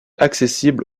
accessible